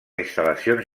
instal·lacions